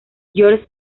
george